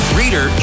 reader